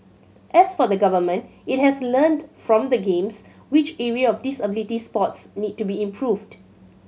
as for the Government it has learnt from the Games which area of disability sports need to be improved